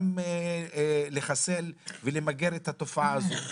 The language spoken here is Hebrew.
גם לחסל ולמגר את התופעה הזאת.